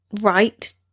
right